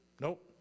Nope